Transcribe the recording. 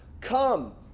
Come